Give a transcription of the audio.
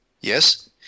Yes